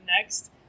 next